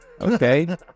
Okay